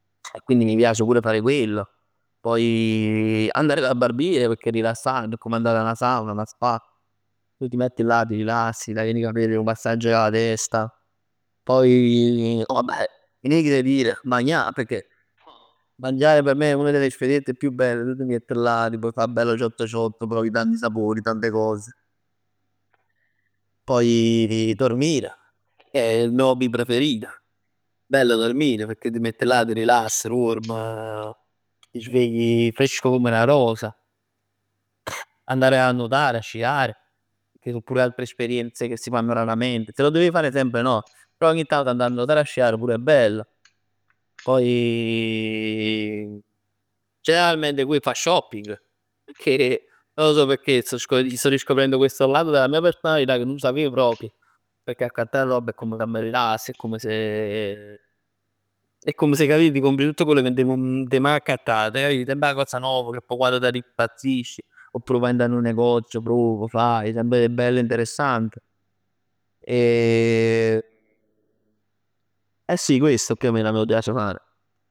E quindi mi piace pure fare quello, poi andare dal barbiere pecchè è rilassante, è come andare 'a 'na sauna, 'a 'na spa, tu ti metti là, ti rilassi, ti tagliano i capelli, 'nu massaggio alla testa. No beh, niente da dire, magnà pecchè. Mangià p' me è una delle esperienze più belle, tu t' miett là, t' può fa bello ciotto ciotto. Provi tanti sapori, tante cose. Poi dormire, è il mio hobby preferito, è bello dormire pecchè t' miett là, ti rilassi ruorm, ti svegli fresco come una rosa. Andare a nuotare, a sciare, che so pure altre esperienze che si fanno raramente. Se lo devi fare sempre no, però ogni tanto, tra nuotare e sciare è pure bello. Poi generalmente fare shopping, pecchè, non lo so pecchè sto scoprendo questo lato della mia personalità ca' nun sapev proprj. Pecchè accattà 'a robb è comm ca' m' rilass, è comm se, è comm se capi ti compri tutto quello cà nun t' 'e maj accattat. Capì semp 'a cosa nov, cà poj quann t'arriv impazzisci, oppure vai dint 'a 'nu negozio, pruov, faj. Semp bello e interessante. E sì questo più o meno mi piace fare.